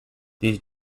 these